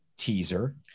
teaser